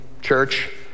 church